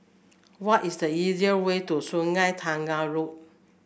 what is the easier way to Sungei Tengah Road